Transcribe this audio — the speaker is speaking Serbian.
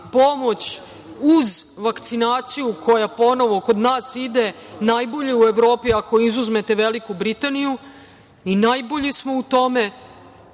pomoć uz vakcinaciju koja ponovo kod nas ide najbolji u Evropi, ako izuzmete Veliku Britaniju, i najbolji smo u tome,